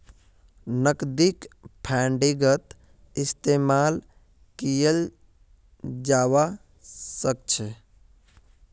नकदीक फंडिंगत इस्तेमाल कियाल जवा सक छे